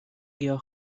گیاه